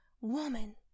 woman